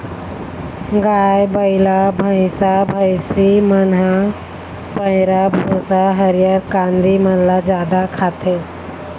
गाय, बइला, भइसा, भइसी मन ह पैरा, भूसा, हरियर कांदी मन ल जादा खाथे